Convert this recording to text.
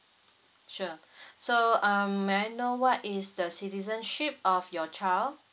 sure so um may I know what is the citizenship of your child